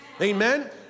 Amen